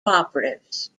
operatives